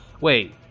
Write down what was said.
wait